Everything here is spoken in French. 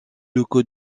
locaux